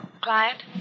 Client